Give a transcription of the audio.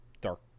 dark